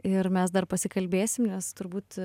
ir mes dar pasikalbėsim nes turbūt